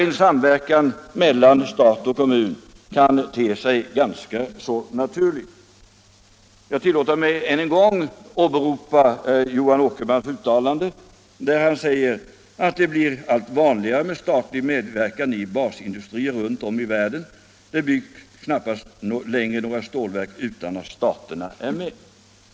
En samverkan mellan stat och företag kan te sig ganska naturlig. Jag tillåter mig ännu en gång att åberopa direktör Johan Åkermans uttalande att ”det blir allt vanligare med statlig medverkan i basindustrier runt om i världen, att det knappst längre byggs några stålverk utan att staterna är med”.